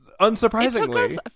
Unsurprisingly